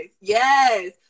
Yes